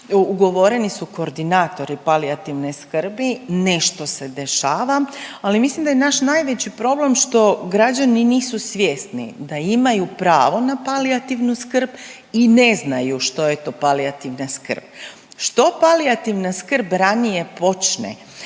Ugovoreni su koordinatori palijativne skrbi, nešto se dešava, ali mislim da je naš najveći problem što građani nisu svjesni da imaju pravo na palijativnu skrb i ne znaju što je to palijativna skrb. Što palijativna skrb ranije počne